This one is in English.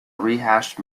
rehashed